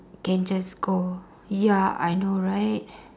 can just go ya I know right